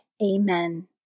Amen